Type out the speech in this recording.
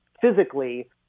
physically